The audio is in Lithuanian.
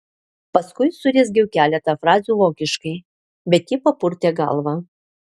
paskui surezgiau keletą frazių vokiškai bet ji papurtė galvą